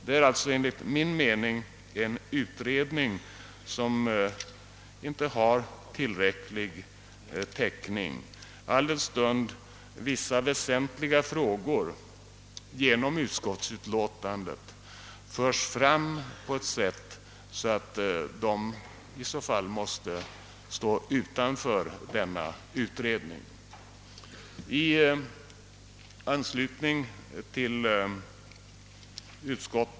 Det finns enligt min mening inte tillräcklig täckning för en sådan utredning som motionärerna begär, alldenstund vissa väsentliga frågor genom utskottsutlåtandet föres fram på ett sådant sätt att de i så fall måste lämnas utanför denna utredning.